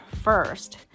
first